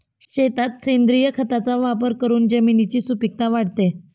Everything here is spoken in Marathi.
शेतात सेंद्रिय खताचा वापर करून जमिनीची सुपीकता वाढते